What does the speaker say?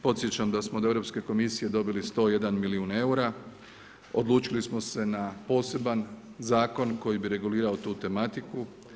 Podsjećam da smo od Europske komisije dobili 101 milijun eura, odlučili smo se na poseban zakon koji bi regulirao tu tematiku.